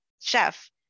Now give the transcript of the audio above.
chef